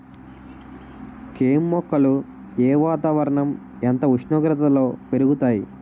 కెమ్ మొక్కలు ఏ వాతావరణం ఎంత ఉష్ణోగ్రతలో పెరుగుతాయి?